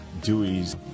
Dewey's